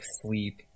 Sleep